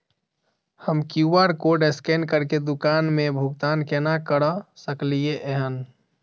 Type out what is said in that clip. हम QR code scan करके दुकान मे भुगतान केना करऽ सकलिये एहन?